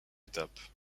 étape